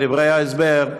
את דברי ההסבר,